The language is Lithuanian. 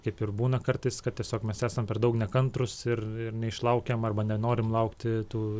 kaip ir būna kartais kad tiesiog mes esam per daug nekantrūs ir neišlaukiam arba nenorim laukti tų